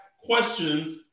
questions